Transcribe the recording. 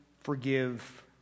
forgive